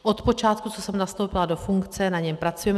Od počátku, co jsem nastoupila do funkce, na něm pracujeme.